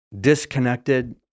disconnected